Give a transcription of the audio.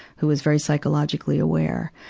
who was very psychologically aware.